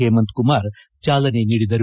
ಹೇಮಂತ್ ಕುಮಾರ್ ಚಾಲನೆ ನೀಡಿದರು